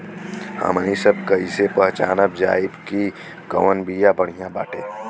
हमनी सभ कईसे पहचानब जाइब की कवन बिया बढ़ियां बाटे?